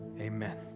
amen